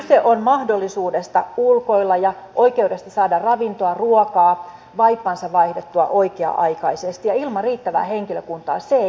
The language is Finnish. kyse on mahdollisuudesta ulkoilla ja oikeudesta saada ravintoa ruokaa vaippansa vaihdettua oikea aikaisesti ja ilman riittävää henkilökuntaa se ei onnistu